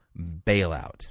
bailout